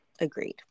Agreed